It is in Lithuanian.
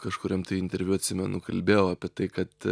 kažkuriam tai interviu atsimenu kalbėjau apie tai kad